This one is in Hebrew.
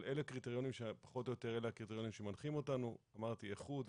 אלה פחות או יותר הקריטריונים שמנחים אותנו אמרתי איכות,